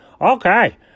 Okay